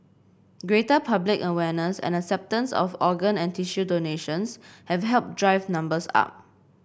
greater public awareness and acceptance of organ and tissue donations have helped drive numbers up